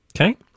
okay